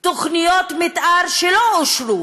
תוכניות מתאר שלא אושרו